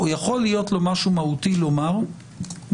או יכול להיות לו משהו מהותי לומר לפני